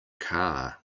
car